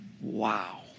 Wow